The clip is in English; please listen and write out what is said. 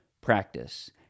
practice